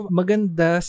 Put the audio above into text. maganda